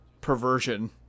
perversion